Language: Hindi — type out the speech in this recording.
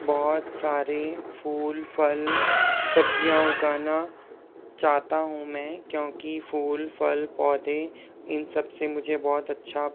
बहुत सारी फूल फल सब्ज़ियाँ उगाना चाहता हूँ मैं क्योंकि फूल फल पौधे इन सब से मुझे बहुत अच्छा